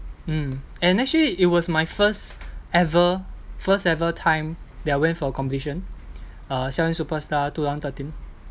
mm and actually it was my first ever first ever time that I went for a competition uh 校园 superstar two thousand thirteen